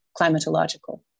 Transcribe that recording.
climatological